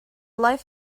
life